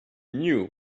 knew